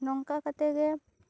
ᱱᱚᱝᱠᱟ ᱠᱟᱛᱮ ᱜᱮ